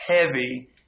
heavy